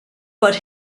but